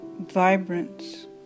vibrant